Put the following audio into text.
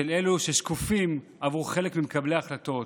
של אלה שהם שקופים עבור חלק ממקבלי ההחלטות,